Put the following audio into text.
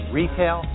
retail